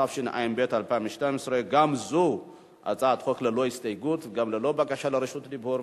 התשע"ב 2012. גם זו הצעת חוק ללא הסתייגות וגם ללא בקשה לרשות דיבור,